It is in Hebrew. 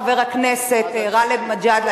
חבר הכנסת גאלב מג'אדלה,